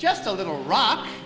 just a little rock